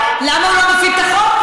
אז למה הוא לא מפעיל את החוק?